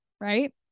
right